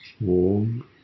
warm